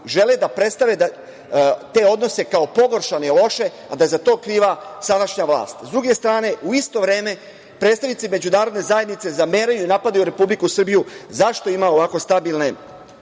žele da predstave te odnose kao pogoršane, loše a da je za to kriva sadašnja vlast.S druge strane u isto vreme predstavnici međunarodne zajednice zameraju i napadaju Republiku Srbiju zašto ima ovako stabilne,